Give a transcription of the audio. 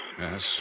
Yes